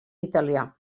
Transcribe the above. italià